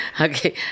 Okay